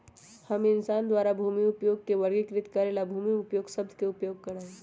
हम इंसान द्वारा भूमि उपयोग के वर्गीकृत करे ला भूमि उपयोग शब्द के उपयोग करा हई